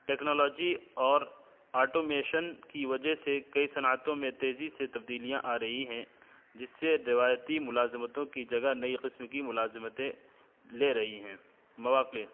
technology اور automation کی وجہ سے کئی صنعتوں میں تیزی سے تبدیلیاں آ رہی ہیں جس سے روایتی ملازمتوں کی جگہ نئی قسم کی ملازمتیں لے رہی ہیں مواقع